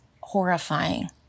horrifying